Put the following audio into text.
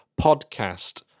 podcast